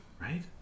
Right